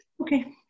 Okay